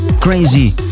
crazy